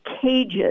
cages